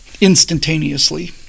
instantaneously